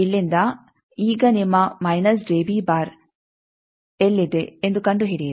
ಇಲ್ಲಿಂದ ಈಗ ನಿಮ್ಮ ಎಲ್ಲಿದೆ ಎಂದು ಕಂಡುಹಿಡಿಯಿರಿ